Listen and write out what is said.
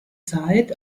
zeit